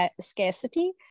scarcity